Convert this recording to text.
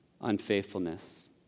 unfaithfulness